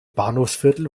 bahnhofsviertel